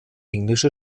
englische